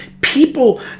people